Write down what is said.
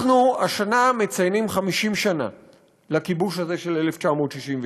אנחנו השנה מציינים 50 שנה לכיבוש הזה של 1967,